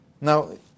Now